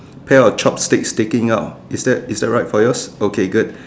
pair of chopsticks taking out is that is that right for yours okay good